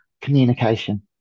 communication